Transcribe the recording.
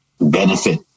benefit